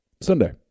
Sunday